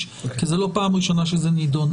כי זאת לא פעם ראשונה שהנושא נדון.